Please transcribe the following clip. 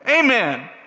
Amen